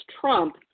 Trump